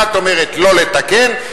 אחד אומר לא לתקן,